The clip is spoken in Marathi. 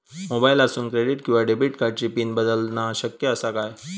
मोबाईलातसून क्रेडिट किवा डेबिट कार्डची पिन बदलना शक्य आसा काय?